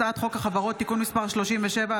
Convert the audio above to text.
הצעת חוק החברות (תיקון מס' 37),